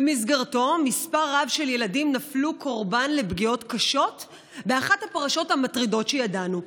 מספר רב של ילדים נפלו קורבן לפגיעות קשות באחת הפרשות המטרידות שידענו.